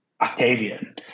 Octavian